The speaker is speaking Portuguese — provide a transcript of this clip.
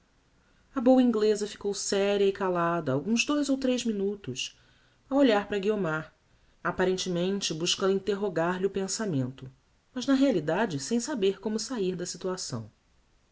a boa ingleza ficou séria e calada alguns dous ou tres minutos a olhar para guiomar apparentemente buscando interrogar lhe o pensamento mas na realidade sem saber como sair de situação